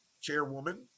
chairwoman